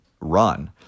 Run